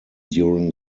during